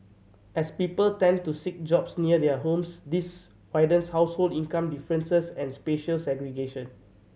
as people tend to seek jobs near their homes this widens household income differences and spatial segregation